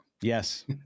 Yes